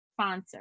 Sponsor